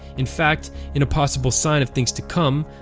in fact, in a possible sign of things to come,